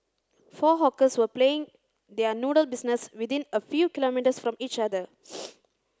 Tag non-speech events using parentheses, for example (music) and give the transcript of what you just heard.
four hawkers were playing their noodle business within a few kilometres from each other (noise)